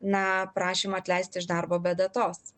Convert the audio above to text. na prašymą atleisti iš darbo be datos